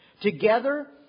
together